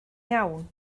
iawn